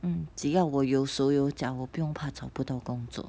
mm 只要我有手有脚我不用怕找不到工作